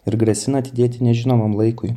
ir grasina atidėti nežinomam laikui